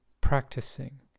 practicing